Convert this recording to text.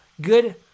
good